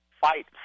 fight